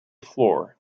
floor